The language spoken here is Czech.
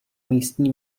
místní